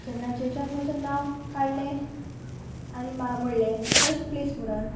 जेन्नाच्याेच्यान म्हजें नांव काडलें आनी म्हणलें फस्ट प्लेस म्हणून